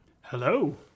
hello